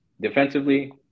Defensively